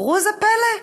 וראו זה פלא,